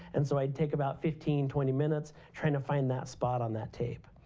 and, so i'd take about fifteen twenty minutes trying to find that spot on that tape.